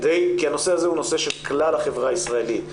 הנושא הזה הוא נושא של כלל החברה הישראלית,